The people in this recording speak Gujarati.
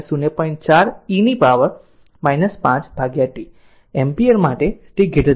4 e પાવર માટે 5 t એમ્પીયર માટે t 0